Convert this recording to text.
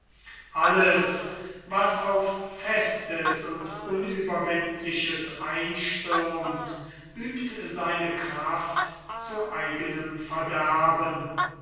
alles was auf festes und unüberwindliches einstürmt übt seine kraft zu eigenem verderben